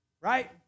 Right